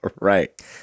Right